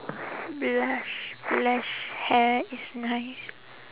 blush blush hair is nice